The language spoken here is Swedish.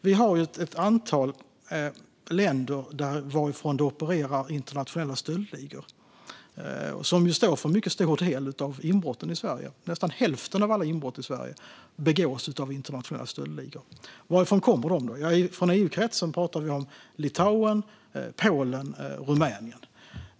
Det är ett antal länder varifrån internationella stöldligor opererar och som ju står för en mycket stor del av inbrotten i Sverige. Nästan hälften av alla inbrott i Sverige begås av internationella stöldligor. Varifrån kommer de då? Från EU-kretsen pratar vi om Litauen, Polen och Rumänien.